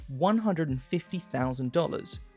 $150,000